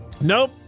Nope